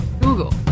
Google